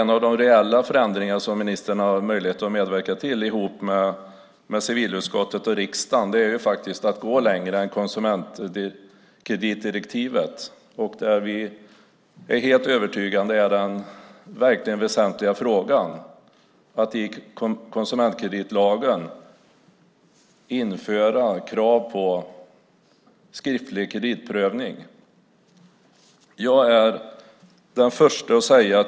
En av de reella förändringar som ministern har möjlighet att medverka till tillsammans med civilutskottet och riksdagen är att gå längre än konsumentkreditdirektivet. Vi är helt övertygade om att den verkligt väsentliga frågan är att införa krav på skriftlig kreditprövning i konsumentkreditlagen.